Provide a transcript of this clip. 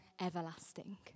everlasting